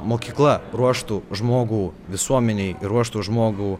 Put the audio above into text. mokykla ruoštų žmogų visuomenei ir ruoštų žmogų